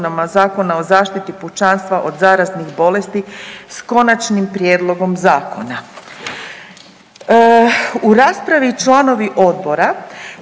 Zakona o zaštiti pučanstva od zaraznih bolesti s konačnim prijedlogom zakona. U raspravi članovi odbora